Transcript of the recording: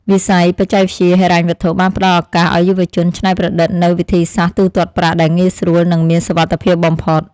វិស័យបច្ចេកវិទ្យាហិរញ្ញវត្ថុបានផ្តល់ឱកាសឱ្យយុវជនច្នៃប្រឌិតនូវវិធីសាស្ត្រទូទាត់ប្រាក់ដែលងាយស្រួលនិងមានសុវត្ថិភាពបំផុត។